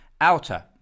outer